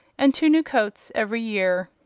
and two new coats every year.